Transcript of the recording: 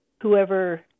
whoever